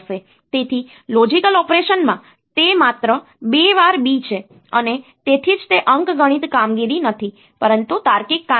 તેથી લોજિકલ ઓપરેશનમાં તે માત્ર બે વાર B છે અને તેથી જ તે અંકગણિત કામગીરી નથી પરંતુ તાર્કિક કામગીરી છે